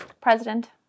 president